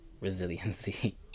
resiliency